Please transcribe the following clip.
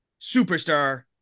superstar